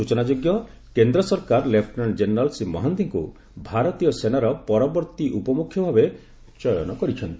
ସ୍ୱଚନାଯୋଗ୍ୟ କେନ୍ଦ୍ରସରକାର ଲେଫ୍ଟନାଙ୍କ ଜେନେରାଲ ଶ୍ରୀ ମହାନ୍ତିଙ୍କ ଭାରତୀୟ ସେନାର ପରବର୍ତ୍ତୀ ଉପମ୍ରଖ୍ୟ ଭାବେ ଚୟନ କରିଛନ୍ତି